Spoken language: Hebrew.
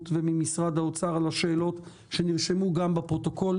וממשרד האוצר על השאלות שנרשמו גם בפרוטוקול.